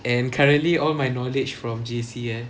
and currently all my knowledge from J_C eh